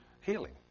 healing